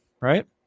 Right